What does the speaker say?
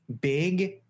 big